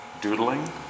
doodling